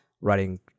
writing